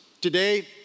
Today